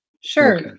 Sure